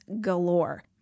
galore